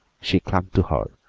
she clung to her,